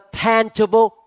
tangible